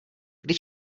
kdy